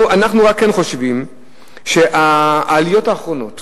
אנחנו כן חושבים על העליות האחרונות